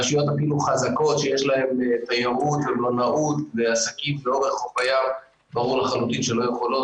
רשויות אפילו חזקות שיש להן תיירות ומלונאות ועסקים לאורך חוף הים,